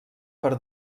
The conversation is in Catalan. per